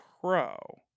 pro